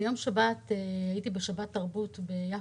ביום שבת הייתי בשבת תרבות ביפו.